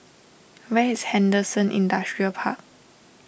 where is Henderson Industrial Park